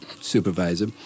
supervisor